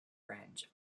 branch